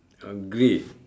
uh grey